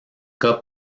cas